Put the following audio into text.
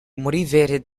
motivated